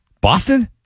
Boston